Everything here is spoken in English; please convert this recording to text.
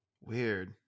Weird